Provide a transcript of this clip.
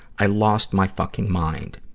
i lost my fucking mind.